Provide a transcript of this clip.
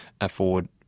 afford